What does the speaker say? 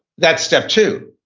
that's step two